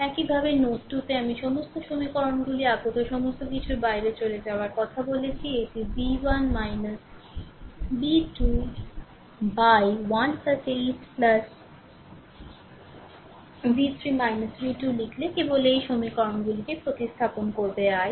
একইভাবে নোড 2 তে আমি সমস্ত সমীকরণগুলি আগত সমস্ত কিছুর বাইরে চলে যাওয়ার কথা বলেছি এটি V 1 b 2 উপর 1 8 V 3 V 2 লিখে কেবল এই সমীকরণগুলিকে প্রতিস্থাপন করবে i